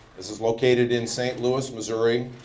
this is located in st. louis, missouri.